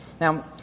Now